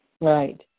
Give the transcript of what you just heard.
Right